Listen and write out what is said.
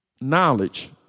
knowledge